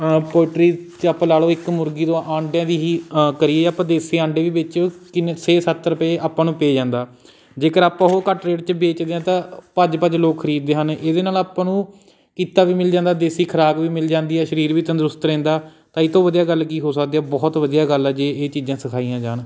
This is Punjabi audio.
ਪੋਲੇਟਰੀ 'ਚ ਆਪਾਂ ਲਾ ਲਉ ਇੱਕ ਮੁਰਗੀ ਤੋਂ ਅੰਡਿਆਂ ਦੀ ਹੀ ਕਰੀਏ ਆਪਾਂ ਦੇਸੀ ਅੰਡੇ ਵੀ ਵੇਚੀਏ ਕਿੰਨੇ ਛੇ ਸੱਤ ਰੁਪਏ ਆਪਾਂ ਨੂੰ ਪੈ ਜਾਂਦਾ ਜੇਕਰ ਆਪਾਂ ਉਹ ਘੱਟ ਰੇਟ 'ਚ ਵੇਚਦੇ ਹਾਂ ਤਾਂ ਭੱਜ ਭੱਜ ਲੋਕ ਖਰੀਦਦੇ ਹਨ ਇਹਦੇ ਨਾਲ ਆਪਾਂ ਨੂੰ ਕਿੱਤਾ ਵੀ ਮਿਲ ਜਾਂਦਾ ਦੇਸੀ ਖੁਰਾਕ ਵੀ ਮਿਲ ਜਾਂਦੀ ਹੈ ਸਰੀਰ ਵੀ ਤੰਦਰੁਸਤ ਰਹਿੰਦਾ ਤਾਂ ਇਹ ਤੋਂ ਵਧੀਆ ਗੱਲ ਕੀ ਹੋ ਸਕਦੀ ਆ ਬਹੁਤ ਵਧੀਆ ਗੱਲ ਆ ਜੇ ਇਹ ਚੀਜ਼ਾਂ ਸਿਖਾਈਆਂ ਜਾਣ